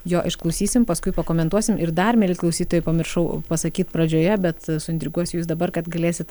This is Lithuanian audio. jo išklausysim paskui pakomentuosim ir dar mieli klausytojai pamiršau pasakyt pradžioje bet suintriguosiu jus dabar kad galėsit